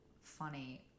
funny